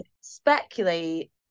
Speculate